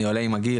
אני עולה עם הגיל,